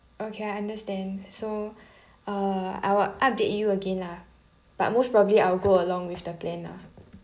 okay I understand so uh I will update you again lah but most probably I will go along with the plan lah